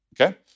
okay